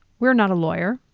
we're not a lawyer.